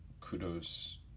kudos